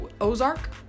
Ozark